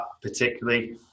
particularly